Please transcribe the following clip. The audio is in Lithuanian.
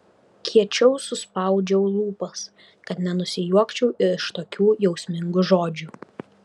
kiečiau suspaudžiu lūpas kad nenusijuokčiau iš tokių jausmingų žodžių